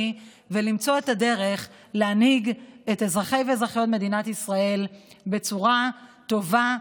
ולמצוא את הדרך להנהיג את אזרחי ואזרחיות מדינת ישראל בצורה טובה,